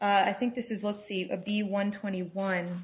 i think this is let's see the b one twenty one